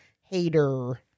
Hater